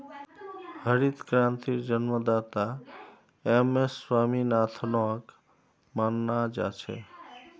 हरित क्रांतिर जन्मदाता एम.एस स्वामीनाथनक माना जा छे